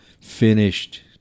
finished